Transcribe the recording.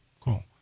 Cool